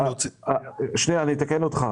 אני אתקן אותך.